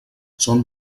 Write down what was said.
són